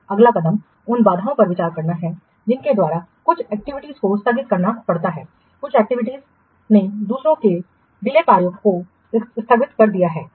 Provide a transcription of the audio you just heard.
अगला कदम उन बाधाओं पर विचार करना है जिनके द्वारा कुछ एक्टिविटीयों को स्थगित करना पड़ता है कुछ एक्टिविटीयों ने दूसरों के लंबित कार्यों को स्थगित कर दिया है